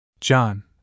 John